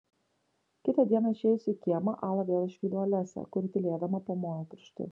kitą dieną išėjusi į kiemą ala vėl išvydo olesią kuri tylėdama pamojo pirštu